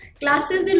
classes